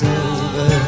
over